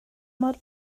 mor